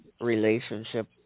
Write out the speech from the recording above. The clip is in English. relationship